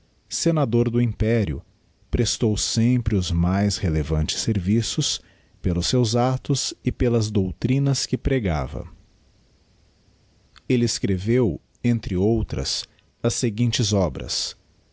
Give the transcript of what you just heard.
senador do império prestou sempre os mais relevantes serviços pelos seus actos e pelas doutrinas que pregava elle escreveu entre outras as seguintes obras